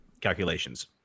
calculations